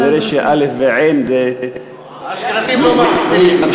כנראה שאל"ף ועי"ן זה, האשכנזים לא מבדילים.